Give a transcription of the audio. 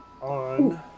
On